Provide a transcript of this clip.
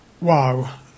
Wow